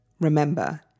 Remember